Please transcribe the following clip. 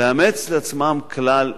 לאמץ לעצמם כלל,